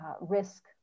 risk